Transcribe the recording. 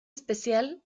especial